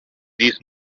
these